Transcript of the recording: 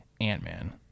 Ant-Man